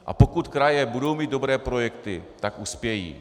A pokud kraje budou mít dobré projekty, tak uspějí.